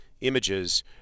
images